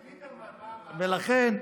וליברמן,